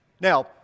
Now